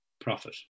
profit